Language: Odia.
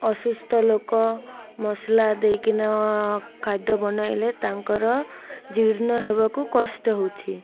ଅସୁସ୍ଥ ଲୋକ ମସଲା ଦେଇକିନା ଖାଦ୍ୟ ବନେଇଲେ ତାଙ୍କର ଜିର୍ଣ୍ଣ ହେବାକୁ କଷ୍ଟ ହଉଛି